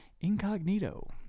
incognito